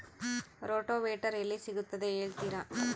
Rotavator ಎಲ್ಲಿ ಸಿಗುತ್ತದೆ ಹೇಳ್ತೇರಾ?